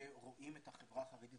שרואים את החברה החרדית